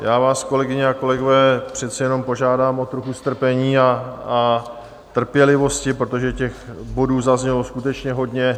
Já vás, kolegyně a kolegové, přeci jenom požádám o trochu strpení a trpělivosti, protože těch bodů zaznělo skutečně hodně.